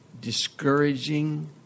discouraging